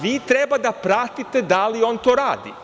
A vi treba da pratite da li on to radi.